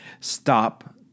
stop